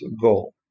goal